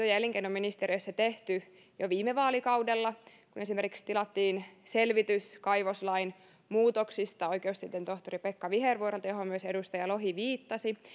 ja elinkeinoministeriössä tehty jo viime vaalikaudella esimerkiksi tilattiin selvitys kaivoslain muutoksista oikeustieteen tohtori pekka vihervuorelta johon myös edustaja lohi viittasi